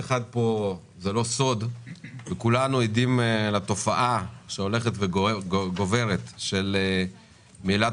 כולנו עדים לתופעה שהולכת וגוברת של מהילת